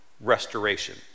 restoration